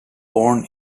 born